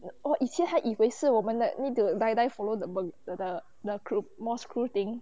oh 以前还以为是我们的 need to die die follow the burger the the crew mos crew thing